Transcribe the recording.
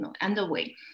underway